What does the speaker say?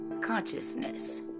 consciousness